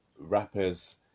rappers